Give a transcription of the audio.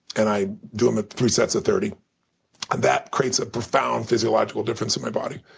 and i do them at three sets of thirty. and that creates a profound physiological difference in my body.